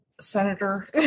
Senator